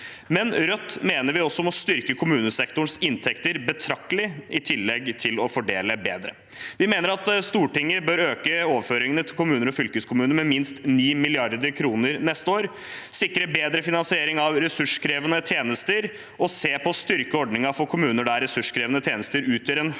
mener Rødt at vi også må styrke kommunesektorens inntekter betraktelig i tillegg til å fordele bedre. Vi mener at Stortinget bør øke overføringene til kommuner og fylkeskommuner med minst 9 mrd. kr neste år, sikre bedre finansiering av ressurskrevende tjenester, se på og styrke ordningen for kommuner der ressurskrevende tjenester utgjør en høy